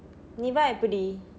niva எப்படி:eppadi